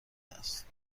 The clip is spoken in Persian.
است